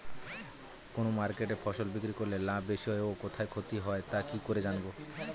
কোন মার্কেটে ফসল বিক্রি করলে লাভ বেশি হয় ও কোথায় ক্ষতি হয় তা কি করে জানবো?